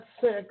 six